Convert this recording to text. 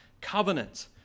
covenant